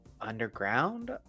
underground